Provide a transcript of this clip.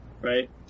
Right